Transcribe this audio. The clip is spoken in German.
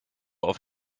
auf